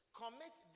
commit